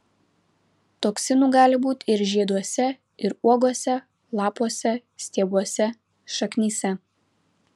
toksinų gali būti ir žieduose ir uogose lapuose stiebuose šaknyse